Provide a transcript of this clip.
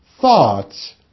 thoughts